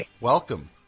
Welcome